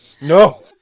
no